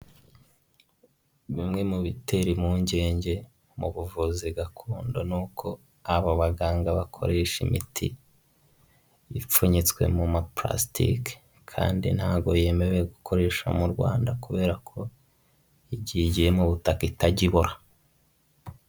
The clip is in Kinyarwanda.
Bimwe mutera impungenge mu buvuzi gakondo, ni uko abo baganga bakoresha imiti ipfunyitswe mu mapurastike. Kandi ntago yemerewe gukoresha mu Rwanda, kubera ko iyo igiye mu butaka itajya ibora.